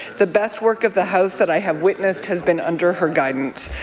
the best work of the house that i have witnessed has been under her guidance.